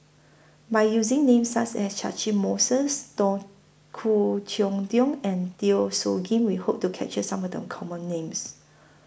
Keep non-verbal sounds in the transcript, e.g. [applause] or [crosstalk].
By using Names such as Catchick Moses [unintelligible] Khoo Cheng Tiong and Teo Soon Kim We Hope to capture Some of The Common Names